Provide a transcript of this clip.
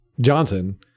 Johnson –